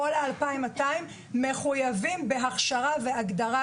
כל 2,200 המתנדבים מחויבים בהכשרה ובהגדרת